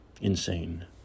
Insane